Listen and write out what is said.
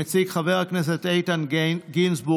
מציג חבר הכנסת איתן גינזבורג,